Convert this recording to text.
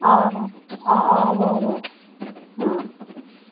অ অঁ অঁ হ'ব হ'ব অঁ